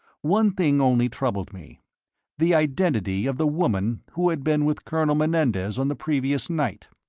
one thing only troubled me the identity of the woman who had been with colonel menendez on the previous night.